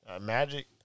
Magic